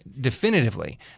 definitively